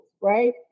right